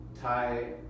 tie